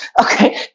Okay